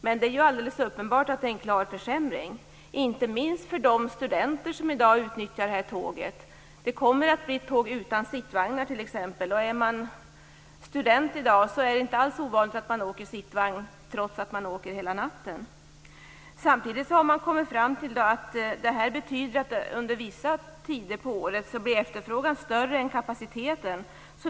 Men det är alldeles uppenbart att det är en klar försämring, inte minst för de studenter som utnyttjar det här tåget. Det kommer att bli ett tåg utan sittvagnar. Är man student är det inte alls ovanligt att man åker sittvagn trots att man åker hela natten. Samtidigt har man kommit fram till att efterfrågan blir större än kapaciteten under vissa tider på året.